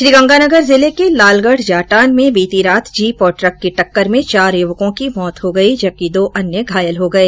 श्रीगंगानगर जिले के लालगढ जाटान में बीती रात जीप और ट्रक की टक्कर में चार युवकों की मौत हो गयी जबकि दो अन्य घायल हो गए